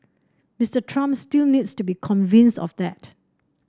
Mister Trump still needs to be convinced of that